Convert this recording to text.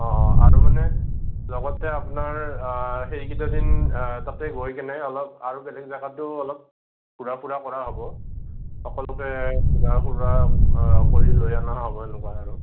আৰু মানে লগতে আপোনাৰ সেইকিটাদিন তাতে গৈকেনে অলপ আৰু বেলেগ জেগাতো অলপ ঘূৰা ফুৰা কৰা হ'ব সকলোতে ঘূৰা ফুৰা কৰি লৈ অনা হ'ব এনেকুৱা আৰু